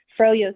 froyo